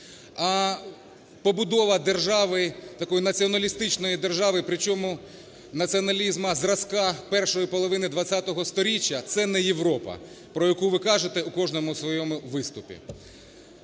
такої націоналістичної держави, причому націоналізму зразка першої половини ХХ сторіччя, - це не Європа, про яку ви кажете у кожному своєму виступі.